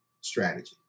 strategy